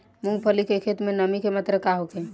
मूँगफली के खेत में नमी के मात्रा का होखे?